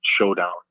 Showdown